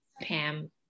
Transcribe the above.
Pam